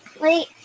Wait